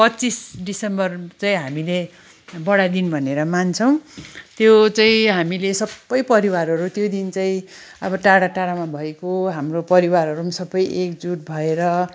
पच्चिस दिसम्बर चाहिँ हामीले बढा दिन भनेर मान्छौँ त्यो चाहिँ हामीले सबै परिवारहरू त्यो दिन चाहिँ आबो टाढा टाढामा भएको हाम्रो परिवारहरू पनि सबै एक जुट भएर